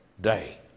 day